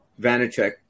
Vanacek